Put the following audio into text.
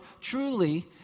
truly